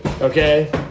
Okay